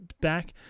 back